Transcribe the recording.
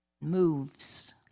moves